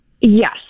Yes